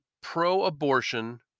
pro-abortion